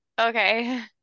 Okay